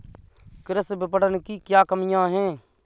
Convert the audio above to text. कृषि विपणन की क्या कमियाँ हैं?